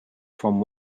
from